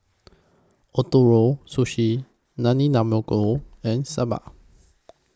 Ootoro Sushi and Sambar